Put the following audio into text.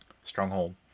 stronghold